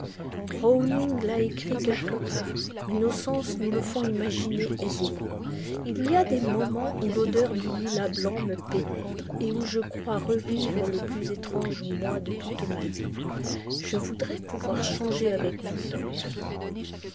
browning l'a écrit quelque part mais nos sens nous le font imaginer aisément il y a des moments où l'odeur du lilas blanc me pénètre et où je crois revivre le plus étrange mois de toute ma vie je voudrais pouvoir changer avec vous dorian